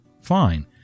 fine